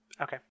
okay